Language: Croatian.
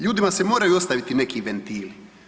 Ljudima se moraju ostaviti neki ventili.